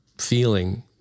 feeling